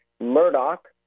Murdoch